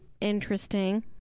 Interesting